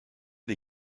des